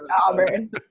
Auburn